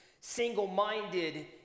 single-minded